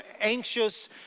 anxious